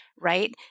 right